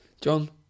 John